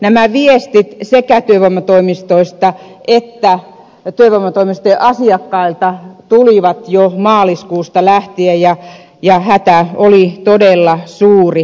nämä viestit sekä työvoimatoimistoista että työvoimatoimistojen asiakkailta tulivat jo maaliskuusta lähtien ja hätä oli todella suuri